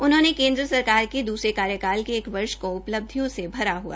उन्होंने केंद्र सरकार द्रसरे कार्यकाल के एक वर्ष को उपलब्धियों से भरा हआ बताया